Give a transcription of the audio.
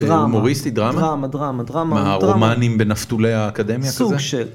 דרמה, דרמה, דרמה, דרמה, דרמה, דרמה, מה רומנים בנפתולי האקדמיה? סוג של.